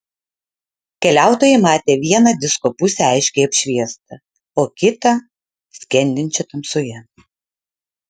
keliautojai matė vieną disko pusę aiškiai apšviestą o kitą skendinčią tamsoje